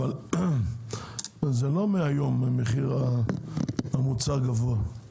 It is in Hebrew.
אבל המחיר הגבוה לא מהיום.